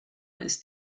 ist